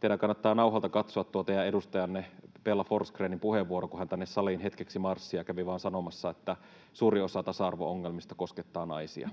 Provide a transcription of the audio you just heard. teidän kannattaa nauhalta katsoa teidän edustajanne Bella Forsgrénin puheenvuoro, kun hän tänne saliin hetkeksi marssi ja kävi vain sanomassa, että suurin osa tasa-arvo-ongelmista koskettaa naisia.